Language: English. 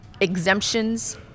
exemptions